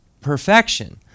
perfection